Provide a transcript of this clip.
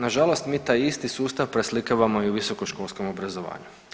Nažalost mi taj isti sustav preslikavamo i u visokoškolskom obrazovanju.